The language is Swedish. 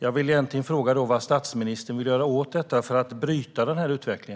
Jag vill fråga: Vad vill statsministern göra för att bryta denna utveckling?